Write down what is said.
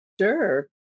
Sure